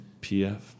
PF